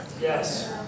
yes